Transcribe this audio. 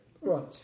Right